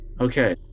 Okay